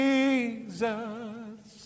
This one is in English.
Jesus